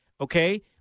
okay